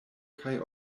kaj